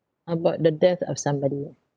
about the death of somebody ah